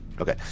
Okay